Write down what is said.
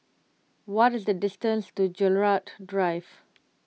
what is the distance to Gerald Drive